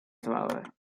thrower